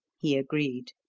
he agreed.